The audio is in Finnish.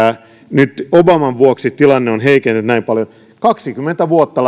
obaman vuoksi tilanne on heikentynyt näin paljon lähes kaksikymmentä vuotta